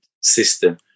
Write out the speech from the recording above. system